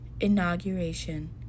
inauguration